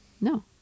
No